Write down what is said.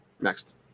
Next